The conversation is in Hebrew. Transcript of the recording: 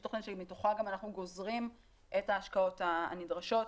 יש תוכנית שמתוכה גם אנחנו גוזרים את ההשקעות הנדרשות.